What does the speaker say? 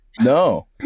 No